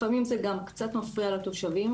לפעמים זה גם קצת מפריע לתושבים.